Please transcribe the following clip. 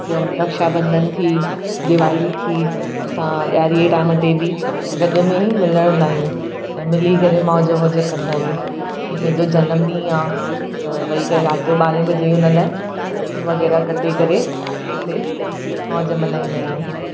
ॿियो रक्षाॿंधन थी दिवाली थी असां ॾियारीअ टाइम ते बि गॾ में ई मिलंदा आहियूं ऐं मिली करे मौज वौज कंदा आहियूं जीअं कंहिंजो जनमॾींहुं आहे त वही करे राति जो बारहें बजे उन लाइ केक वग़ैरह कटे करे हुते मौज मल्हाईंदा आहियूं